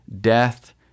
Death